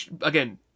again